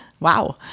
Wow